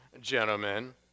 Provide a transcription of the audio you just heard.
gentlemen